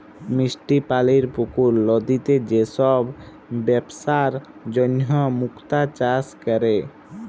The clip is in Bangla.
মিষ্টি পালির পুকুর, লদিতে যে সব বেপসার জনহ মুক্তা চাষ ক্যরে